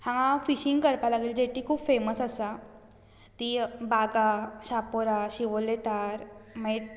हांगा फिशींग करपा लागून जेट्टी खूब फेमस आसात ती बागा शापोरा शिवोली तार मागीर